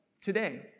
today